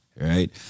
Right